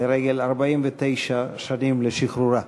לרגל 49 שנים לשחרורה.